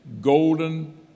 golden